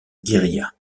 guérilla